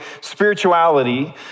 spirituality